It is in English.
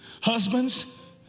Husbands